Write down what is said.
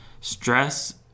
stress